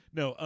no